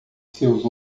seus